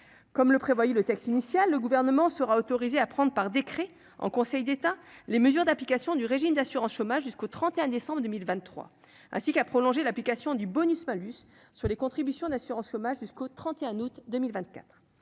comme le prévoyait le texte initial, le gouvernement sera autorisé à prendre par décret en Conseil d'État, les mesures d'application du régime d'assurance chômage, jusqu'au 31 décembre 2023 ainsi qu'à prolonger l'application du bonus-malus sur les contributions d'assurance chômage, jusqu'au 31 août 2024